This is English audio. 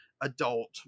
adult